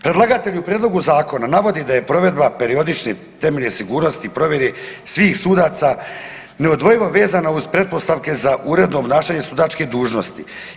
Predlagatelj u prijedlogu zakona navodi da je provedba periodična temeljem sigurnosti provjere svih sudaca neodvojivo vezana uz pretpostavke za uredno obnašanje sudačke dužnosti.